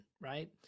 right